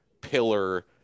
pillar